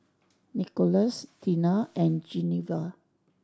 Nickolas Teena and Geneva